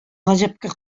гаҗәпкә